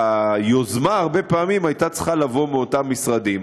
היוזמה הרבה פעמים הייתה צריכה לבוא מאותם משרדים.